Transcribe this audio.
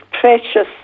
precious